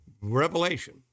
revelation